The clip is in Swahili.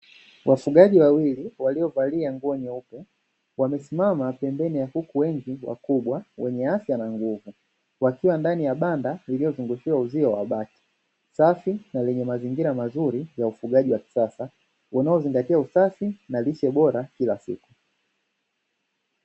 Wafugaji wawili waliovalia nguo nyeupe wamesimama pembeni ya kuku wengi wakubwa wenye afya na nguvu wakiwa ndani ya banda lililozungushiwa uzio wa bati, safi na lenye mazingira mazuri ya ufugaji wa kisasa unaozingatia usafi na lishe bora kila siku.